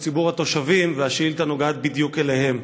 לציבור התושבים, והשאילתה נוגעת בדיוק אליהם.